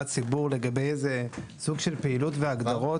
סיבור לגבי איזה סוג של פעילות והגדרות,